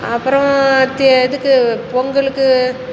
அப்புறம் தெ எதுக்கு பொங்கலுக்கு